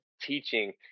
teaching